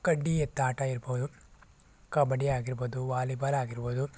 ಕಡ್ಡಿ ಎತ್ತಾಟ ಇರ್ಬಹ್ದು ಕಬಡ್ಡಿ ಆಗಿರ್ಬಹ್ದು ವಾಲಿಬಾಲ್ ಆಗಿರ್ಬೋದು